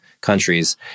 countries